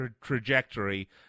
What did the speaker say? trajectory